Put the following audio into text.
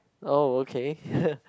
oh okay